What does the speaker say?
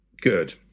Good